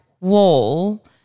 wall